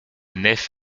nef